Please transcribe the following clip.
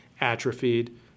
atrophied